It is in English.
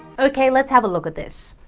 okay, let's have a look at this.